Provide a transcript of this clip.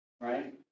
Right